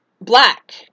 black